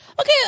okay